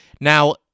Now